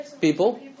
people